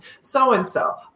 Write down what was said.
So-and-so